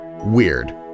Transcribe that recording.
WEIRD